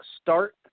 start